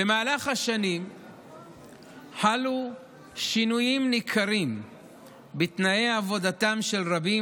במהלך השנים חלו שינויים ניכרים בתנאי עבודתם של רבים